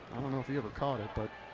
i don't know if he ever caught it, but